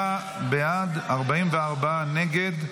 37 בעד, 44 נגד.